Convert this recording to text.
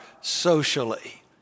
socially